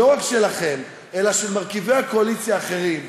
לא רק שלכם אלא של מרכיבי הקואליציה האחרים,